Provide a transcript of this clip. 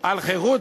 על חירות,